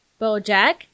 BoJack